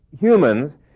humans